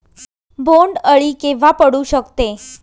बोंड अळी केव्हा पडू शकते?